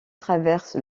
traverse